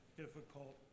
difficult